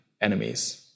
enemies